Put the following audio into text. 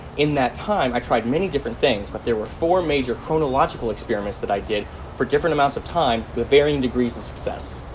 in that time i tried many different things, but there were four major chronological experiments that i did for different amounts of time with varying degrees of success.